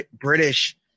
British